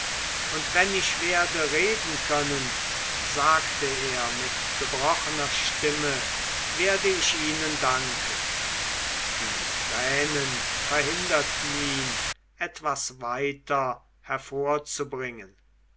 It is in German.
und wenn ich werde reden können sagte er mit gebrochener stimme werde ich ihnen danken die tränen verhinderten ihn etwas weiter hervorzubringen